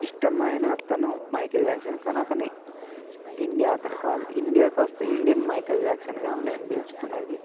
ఇష్టమైన అతను Michael Jackson కానీ అతని ఇండియా అతను కాదు ఇండియాకొస్తే ఇండియన్ మైఖేల్ జాక్సన్గా మేము పిలుచుకునేది